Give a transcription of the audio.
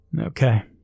Okay